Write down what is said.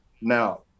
Now